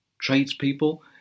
tradespeople